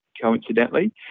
coincidentally